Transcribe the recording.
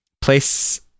place